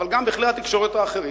אבל גם בכלי התקשורת האחרים,